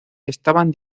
estaban